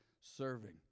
serving